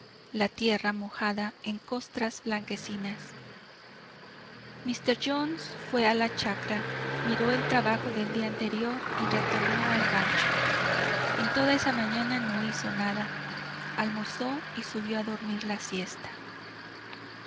la tierra mojada en costras blanquecinas míster jones fué a la chacra miró el trabajo del día anterior y retornó al rancho en toda esa mañana no hizo nada almorzó y subió a dormir la siesta